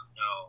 no